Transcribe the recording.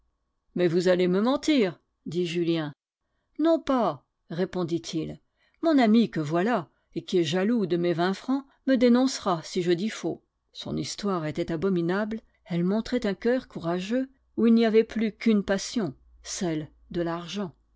mais vous allez me mentir dit julien non pas répondit-il mon ami que voilà et qui est jaloux de mes vingt francs me dénoncera si je dis faux son histoire était abominable elle montrait un coeur courageux où il n'y avait plus qu'une passion celle de l'argent